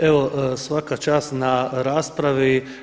Evo svaka čast na raspravi.